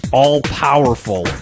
all-powerful